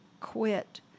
quit